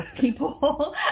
people